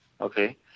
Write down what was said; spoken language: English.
Okay